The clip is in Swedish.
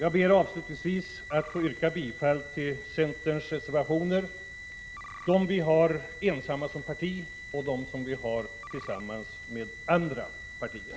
Jag ber avslutningsvis att få yrka bifall till centerns reservationer, dem som vi har ensamma som parti och dem som vi har tillsammans med andra partier.